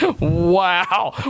Wow